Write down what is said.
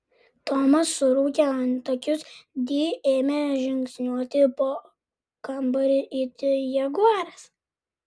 tomas suraukė antakius di ėmė žingsniuoti po kambarį it jaguaras